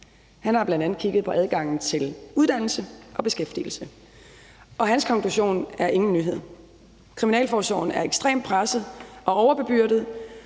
Han har bl.a. kigget på adgangen til uddannelse og beskæftigelse. Hans konklusion er ingen nyhed. Kriminalforsorgen er ekstremt presset og overbebyrdet,